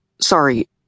Sorry